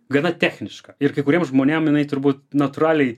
gana techniška ir kai kuriem žmonėm jinai turbūt natūraliai